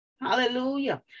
Hallelujah